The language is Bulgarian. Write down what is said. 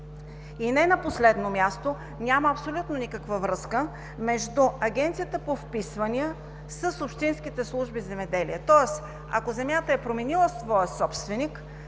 Не на последно място, няма абсолютно никаква връзка между Агенцията по вписванията с общинските служби „Земеделие“, тоест ако земята е променила своя собственик,